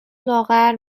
لاغر